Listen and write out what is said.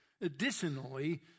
additionally